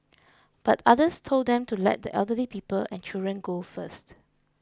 but others told them to let the elderly people and children go first